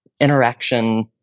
interaction